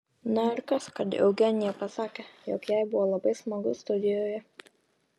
na ir kas kad eugenija pasakė jog jai buvo labai smagu studijoje